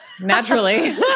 Naturally